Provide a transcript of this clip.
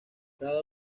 cada